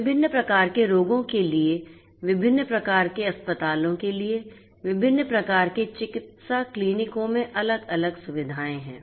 विभिन्न प्रकार के रोगों के लिए विभिन्न प्रकार के अस्पतालों के लिए विभिन्न प्रकार के चिकित्सा क्लीनिकों में अलग अलग सुविधाएं हैं